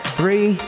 Three